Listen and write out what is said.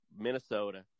Minnesota